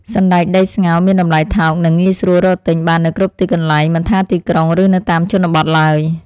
សណ្តែកដីស្ងោរមានតម្លៃថោកនិងងាយស្រួលរកទិញបាននៅគ្រប់ទីកន្លែងមិនថាទីក្រុងឬនៅតាមជនបទឡើយ។